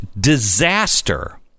disaster